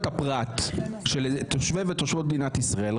הפרט של תושבי ותושבות מדינת ישראל,